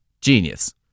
Genius